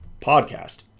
Podcast